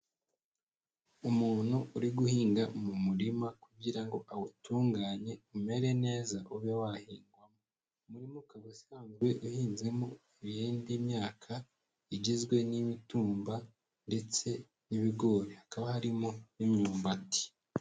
Umuntu uri guhinga mu murima kugira ngo awutunganye umere neza ube wahingwamo, umurima ukaba usanzwe uhinzemo iyindi myaka igizwe n'imitumba ndetse n'ibigori hakaba harimo n'imyumbati.